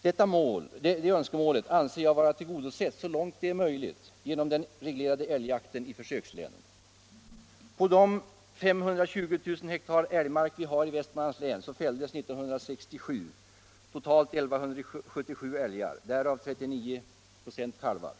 Detta önskemål anser jag vara tillgodosett så långt det är möjligt genom den reglerade älgjakten i försökslänen. På de 520 000 hektars älgmark som vi har i Västmanlands län fälldes år 1967 totalt 1 177 älgar, därav 39 96 kalvar.